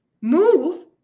move